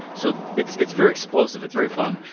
so it's it's very explosive, it's very fun.